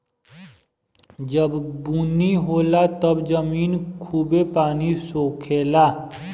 जब बुनी होला तब जमीन खूबे पानी सोखे ला